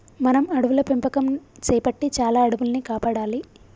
మనం అడవుల పెంపకం సేపట్టి చాలా అడవుల్ని కాపాడాలి